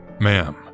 Ma'am